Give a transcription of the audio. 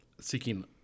seeking